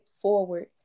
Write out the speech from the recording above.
forward